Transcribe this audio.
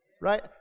Right